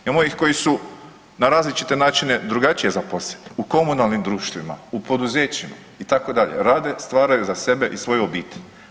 Imamo ih koji su na različite načine drugačije zaposleni u komunalnim društvima, u poduzećima itd., rade, stvaraju za sebe i svoju obitelj.